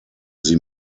sie